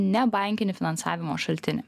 nebankinį finansavimo šaltinį